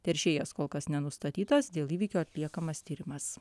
teršėjas kol kas nenustatytas dėl įvykio atliekamas tyrimas